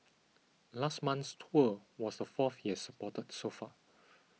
last month's tour was the fourth he has supported so far